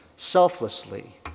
selflessly